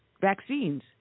vaccines